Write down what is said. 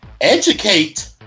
educate